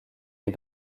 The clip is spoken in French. est